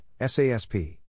SASP